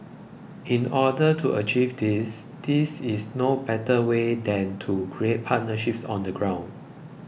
in order to achieve this these is no better way than to create partnerships on the ground